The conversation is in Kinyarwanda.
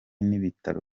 n’ibitaro